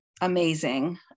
amazing